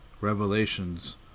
revelations